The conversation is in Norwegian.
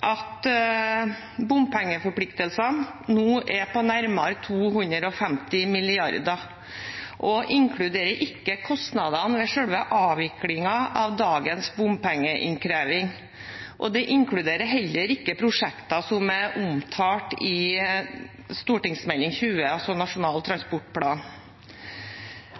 at bompengeforpliktelsene nå er på nærmere 250 mrd. kr. og ikke inkluderer kostnadene ved selve avviklingen av dagens bompengeinnkreving. Det inkluderer heller ikke prosjekter som er omtalt i Meld. St. 20 for 2020–2021, altså Nasjonal transportplan.